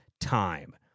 time